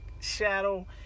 shadow